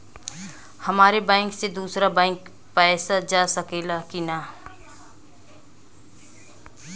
हमारे बैंक से दूसरा बैंक में पैसा जा सकेला की ना?